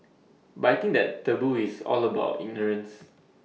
but I think that taboo is all about ignorance